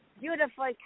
beautiful